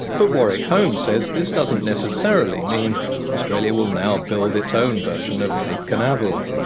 but warwick holmes says this doesn't necessarily mean australia will now build its own version of cape canaveral.